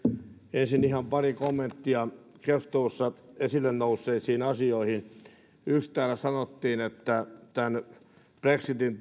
ensin ihan pari kommenttia keskustelussa esille nousseisiin asioihin täällä sanottiin että tämän brexitin